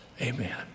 Amen